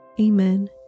Amen